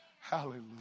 Hallelujah